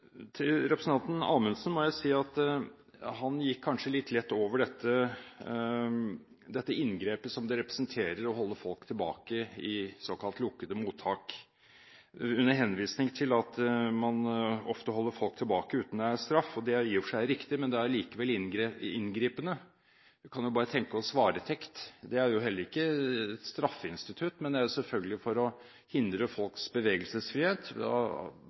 Til representanten Amundsen må jeg si at han kanskje gikk litt lett over det inngrepet det representerer å holde folk tilbake i såkalt lukkede mottak – under henvisning til at man ofte holder folk tilbake uten at det er straff. Det er i og for seg riktig, men det er likevel inngripende. Vi kan jo bare tenke oss varetekt. Det er jo heller ikke et straffeinstitutt. Man har det selvfølgelig for å hindre folks bevegelsesfrihet